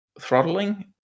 throttling